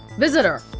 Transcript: visitor